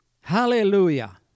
Hallelujah